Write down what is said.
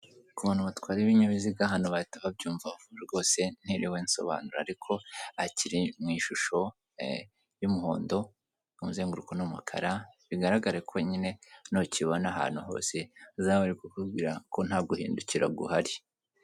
Ku bantu batwara ibinyabiziga, hano bahita babyumva rwose ntiriwe nsobanura, ariko aha kiri mu ishusho y'umuhondo, umuzenguruko ni umukara, bigaragare ko nyine nukibona ahantu hose, bazaba bari kukubwira ko, nta guhindukira guhari.